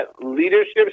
leadership